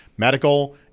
medical